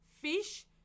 fish